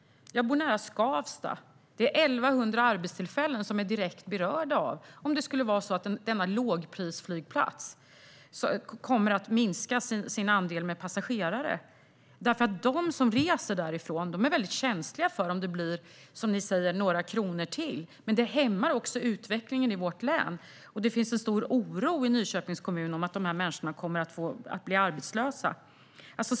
Jag bor nära Skavsta. Det är 1 100 arbetstillfällen som blir direkt berörda om denna lågprisflygplats kommer att minska sin andel passagerare, därför att de som reser därifrån är väldigt känsliga för om det blir, som ni säger, några kronor till. Men det hämmar också utvecklingen i vårt län. Det finns en stor oro i Nyköpings kommun för att de här människorna kommer att bli arbetslösa.